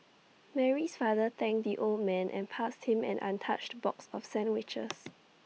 Mary's father thanked the old man and passed him an untouched box of sandwiches